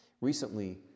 recently